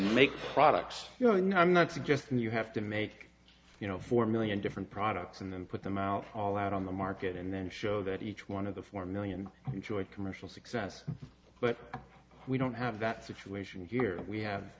and make products you know no i'm not suggesting you have to make you know four million different products and then put them out all out on the market and then show that each one of the four million enjoyed commercial success but we don't have that situation here that we have